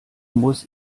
muss